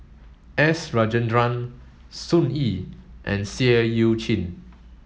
S Rajendran Sun Yee and Seah Eu Chin